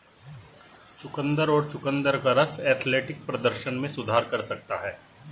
चुकंदर और चुकंदर का रस एथलेटिक प्रदर्शन में सुधार कर सकता है